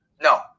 no